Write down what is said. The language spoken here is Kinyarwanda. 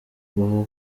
ubu